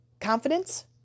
Confidence